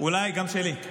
גם לי.